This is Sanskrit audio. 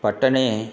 पट्टने